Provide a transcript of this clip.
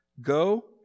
go